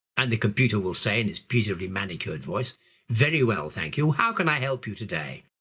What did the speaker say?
and the computer will say in this positively manicured voice very well thank you, how can i help you today?